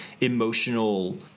emotional